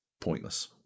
pointless